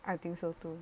I think so too